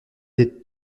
lès